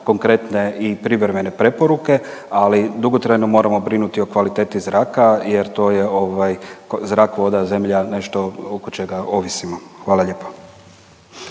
konkretne i privremene preporuke, ali dugotrajno moramo brinuti o kvaliteti zraka jer to je zrak, voda, zemlja nešto oko čega ovisimo. Hvala lijepo.